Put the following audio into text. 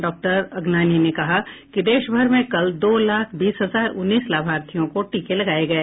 doctor Agnani ने कहा कि देशभर में कल दो लाख बीस हजार उन्नीस लाभार्थियों को टीके लगाए गए